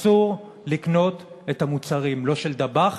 אסור לקנות את המוצרים לא של "דבאח"